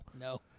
No